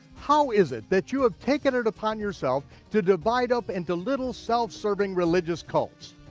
how is it that you have taken it upon yourself to divide up into little self-serving religious cults?